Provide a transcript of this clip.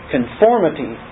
Conformity